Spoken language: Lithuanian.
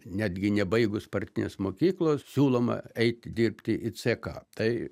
netgi nebaigus partinės mokyklos siūloma eit dirbti į ck tai